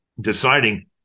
deciding